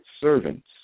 servants